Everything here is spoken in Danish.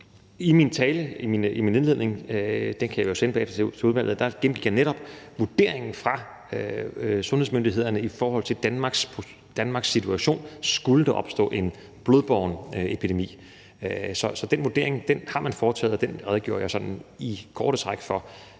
min tale – og den kan jeg jo sende til udvalget bagefter – gennemgik jeg netop vurderingen fra sundhedsmyndighederne i forhold til Danmarks situation, skulle der opstå en blodbåren epidemi. Så den vurdering har man foretaget, og den redegjorde jeg sådan i korte træk for